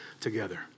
together